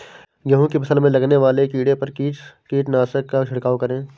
गेहूँ की फसल में लगने वाले कीड़े पर किस कीटनाशक का छिड़काव करें?